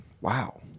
wow